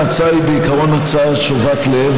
ההצעה היא בעיקרון הצעה שובת לב,